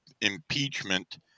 impeachment